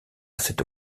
cette